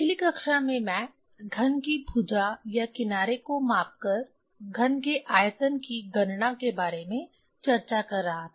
पिछली कक्षा में मैं घन की भुजा या किनारे को माप कर घन के आयतन की गणना के बारे में चर्चा कर रहा था